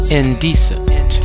indecent